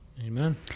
Amen